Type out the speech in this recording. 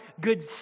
good